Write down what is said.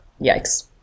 yikes